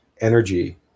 energy